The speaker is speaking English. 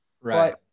right